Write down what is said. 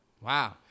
wow